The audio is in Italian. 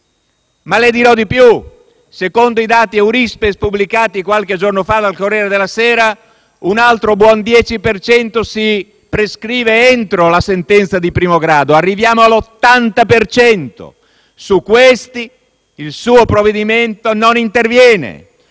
Le dirò di più: secondo i dati Eurispes pubblicati qualche giorno fa dal «Corriere della Sera» un altro buon 10 per cento si prescrive entro la sentenza di primo grado (arriviamo all'80 per cento), e su questi il suo provvedimento non interviene.